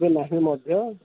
ନାହିଁ ମଧ୍ୟ